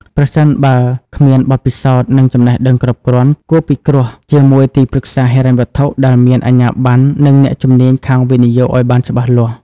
ប្រសិនបើ គ្មានបទពិសោធន៍ និងចំណេះដឹងគ្រប់គ្រាន់ គួរពិគ្រោះជាមួយទីប្រឹក្សាហិរញ្ញវត្ថុដែលមានអាជ្ញាប័ណ្ណ និងអ្នកជំនាញខាងវិនិយោគអោយបានច្បាស់លាស់។